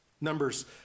Numbers